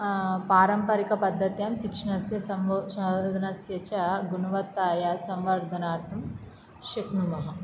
पारम्परिकपद्धत्यां शिक्षणस्य संवो शोधनस्य च गुणवत्तायाः संवर्धनार्थं शक्नुमः